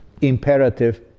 imperative